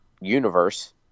universe